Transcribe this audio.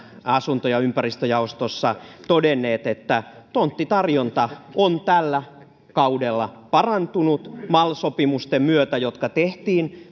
asunto ja ympäristöjaostossa todenneet että tonttitarjonta on tällä kaudella parantunut mal sopimusten myötä jotka tehtiin